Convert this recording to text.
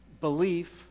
belief